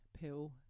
pill